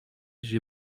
j’ai